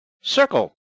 circle